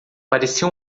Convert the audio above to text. parecia